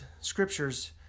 scriptures